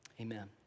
amen